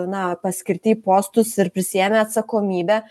na paskirti į postus ir prisiėmę atsakomybę